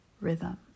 rhythm